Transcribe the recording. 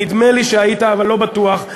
נדמה לי שהיית אבל לא בטוח,